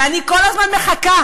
אני כל הזמן מחכה